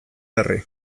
berri